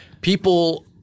People